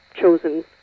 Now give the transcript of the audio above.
chosen